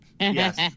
Yes